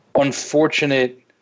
unfortunate